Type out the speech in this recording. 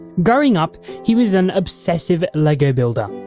growing up, he was an obsessive lego builder,